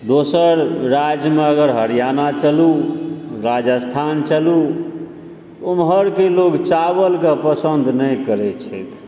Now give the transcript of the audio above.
दोसर राज्यमे अगर हरियाणा चलु राजस्थान चलु ओम्हरके लोग चावलके पसन्द नहि करैत छथि